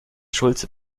schulze